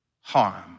harm